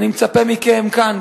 אני מצפה מכם כאן,